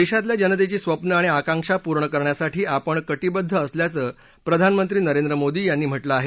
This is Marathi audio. देशातल्या जनतेची स्वप्नं आणि आकांक्षा पूर्ण करण्यासाठी आपण कटिबद्ध असल्याचं प्रधानमंत्री नरेंद्र मोदी यांनी म्हटलं आहे